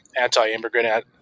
anti-immigrant